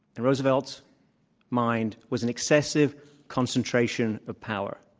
in roosevelt's mind, was an excessive concentration of power.